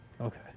okay